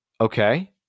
okay